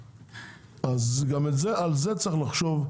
גם על זה צריך לחשוב,